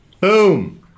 Boom